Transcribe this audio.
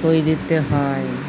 ক্যইরতে হ্যয়